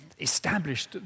established